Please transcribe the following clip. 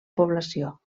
població